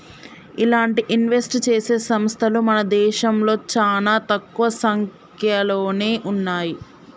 ఇలాంటి ఇన్వెస్ట్ చేసే సంస్తలు మన దేశంలో చానా తక్కువ సంక్యలోనే ఉన్నయ్యి